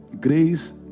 Grace